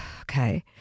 okay